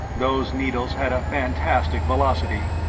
those needles had a fantastic velocity,